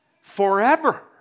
forever